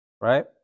Right